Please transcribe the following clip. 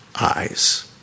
eyes